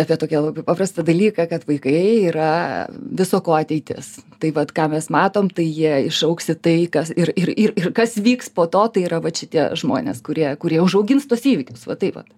apie tokį paprastą dalyką kad vaikai yra viso ko ateitis tai vat ką mes matom tai jie išaugs į tai kas ir ir ir kas vyks po to tai yra vat šitie žmonės kurie kurie užaugins tuos įvykius va taip vat